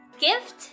gift